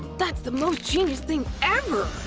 that's the most genius thing ever!